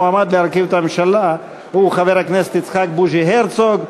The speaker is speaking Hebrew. המועמד להרכיב את הממשלה הוא חבר הכנסת יצחק בוז'י הרצוג.